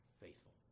faithful